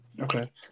Okay